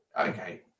okay